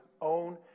own